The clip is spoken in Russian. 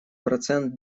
процент